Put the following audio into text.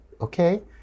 okay